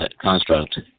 construct